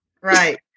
Right